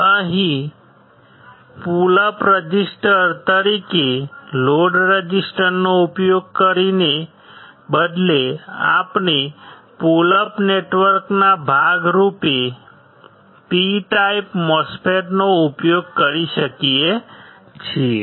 અહીં pull up resistor તરીકે load રેઝિસ્ટરનો ઉપયોગ કરવાને બદલે આપણે પુલ અપ નેટવર્કના ભાગ રૂપે P ટાઇપ MOSFET નો ઉપયોગ કરી શકીએ છીએ